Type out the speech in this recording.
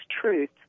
truth